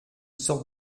sorte